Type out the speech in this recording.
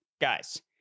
Guys